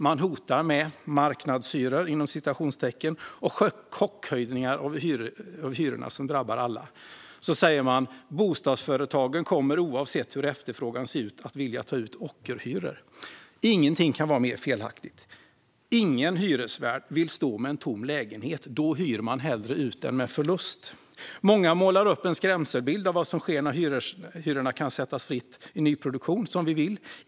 Man hotar med "marknadshyror" och chockhöjning av hyrorna som drabbar alla. Man säger att bostadsföretagen oavsett hur efterfrågan ser ut kommer att vilja ta ut ockerhyror. Inget kan vara mer felaktigt. Ingen hyresvärd vill stå med en tom lägenhet. Då hyr man hellre ut den med förlust. Många målar upp en skrämselbild av vad som sker när hyrorna kan sättas fritt i nyproduktion, som vi vill.